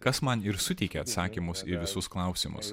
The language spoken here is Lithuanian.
kas man ir suteikė atsakymus į visus klausimus